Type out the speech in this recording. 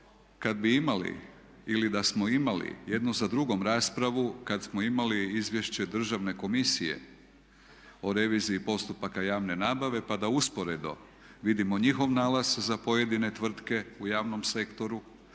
Kada bi imali ili da smo imali jednu za drugom raspravu kada smo imali izvješće države komisije o reviziji postupaka javne nabave pa da usporedo vidimo njihov nalaz za pojedine tvrtke u javnom sektoru,